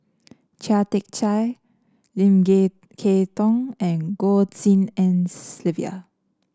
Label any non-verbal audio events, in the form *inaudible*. Chia Tee Chiak Lim *unintelligible* Kay Tong and Goh Tshin En Sylvia